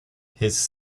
his